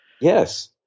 Yes